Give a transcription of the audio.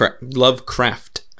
Lovecraft